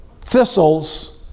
thistles